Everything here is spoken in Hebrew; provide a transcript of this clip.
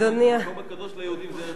המקום הקדוש ליהודים זה ארץ,